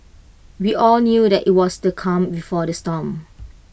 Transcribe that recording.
we all knew that IT was the calm before the storm